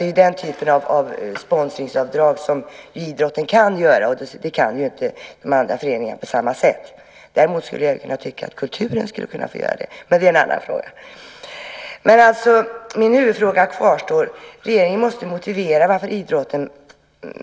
Det är den typen av sponsringsavdrag som idrotten har, och det kan ju inte de andra föreningarna göra på samma sätt. Däremot skulle jag kunna tycka att kulturen borde få göra det. Men det är en annan fråga. Min huvudfråga kvarstår. Regeringen måste motivera varför idrotten